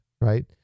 right